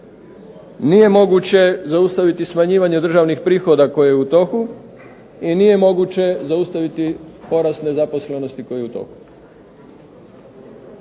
nije moguće zaustaviti smanjivanje državnih prihoda koje je u toku i nije moguće zaustaviti porast nezaposlenosti koje je u toku.